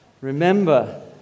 remember